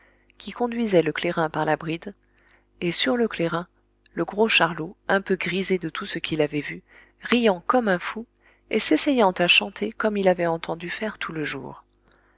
qui conduisait le clairin par la bride et sur le clairin le gros charlot un peu grisé de tout ce qu'il avait vu riant comme un fou et s'essayant à chanter comme il avait entendu faire tout le jour